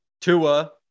Tua